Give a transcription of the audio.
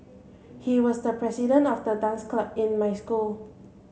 he was the president of the dance club in my school